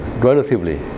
relatively